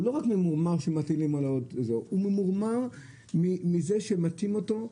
הוא לא רק ממורמר שמטילים עליו הוא ממורמר מזה שמטעים אותו.